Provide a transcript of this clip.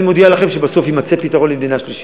אני מודיע לכם שבסוף יימצא פתרון של מדינה שלישית.